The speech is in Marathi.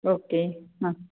ओके हां